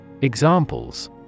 Examples